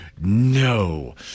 no